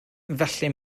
felly